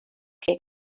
què